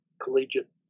collegiate